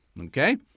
Okay